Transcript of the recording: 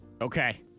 Okay